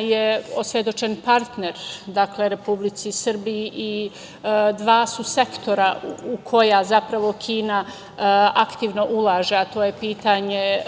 je osvedočen partner Republici Srbiji i dva su sektora u koja zapravo Kina aktivno ulaže, a to je pitanje